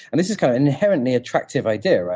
and this is kind of inherently attractive idea.